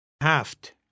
Haft